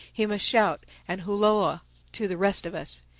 he must shout and hulloa to the rest of us.